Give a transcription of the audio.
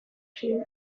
ziren